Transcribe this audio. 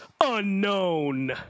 unknown